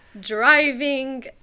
driving